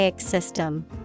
system